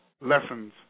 lessons